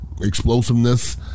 explosiveness